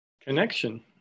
Connection